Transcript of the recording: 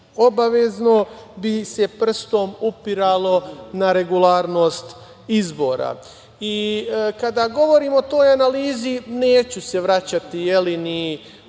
obavezno bi se prstom upiralo na regularnost izbora. Kada govorim o toj analizi, neću se vraćati ni